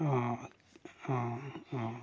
অঁ অঁ অঁ